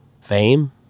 fame